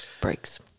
breaks